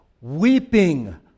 weeping